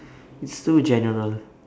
it's too general